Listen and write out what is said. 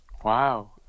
Wow